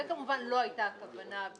זאת כמובן לא הייתה הכוונה.